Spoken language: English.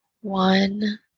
one